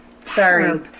Sorry